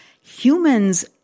Humans